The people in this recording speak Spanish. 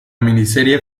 miniserie